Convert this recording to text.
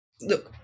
look